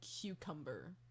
cucumber